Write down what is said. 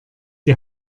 die